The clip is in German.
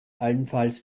allenfalls